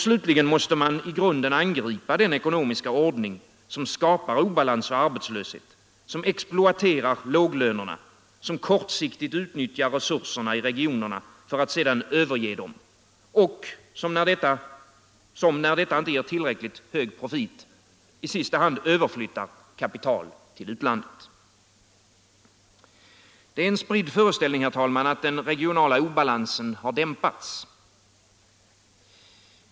Slutligen måste man i grunden angripa den ekonomiska ordning som skapar obalans och arbetslöshet, som exploaterar låglönerna, som kortsiktigt utnyttjar resurserna i regionerna för att sedan överge dem och som -— när detta inte ger tillräckligt hög profit — i sista hand överflyttar kapital till utlandet. Det är en spridd föreställning, herr talman, att den regionala obalansen har dämpats.